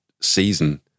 season